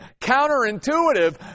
counterintuitive